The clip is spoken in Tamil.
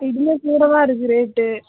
இதில் கூடதா இருக்குது ரேட்டு